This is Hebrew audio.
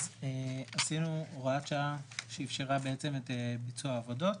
אז עשינו הוראת שעה שאפשרה את ביצוע העבודות.